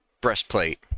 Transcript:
breastplate